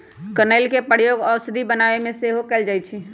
कनइल के प्रयोग औषधि बनाबे में सेहो कएल जाइ छइ